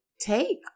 take